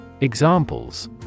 Examples